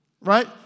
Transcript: right